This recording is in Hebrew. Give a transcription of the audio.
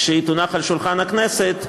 כשהיא תונח על שולחן הכנסת,